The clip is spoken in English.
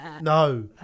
no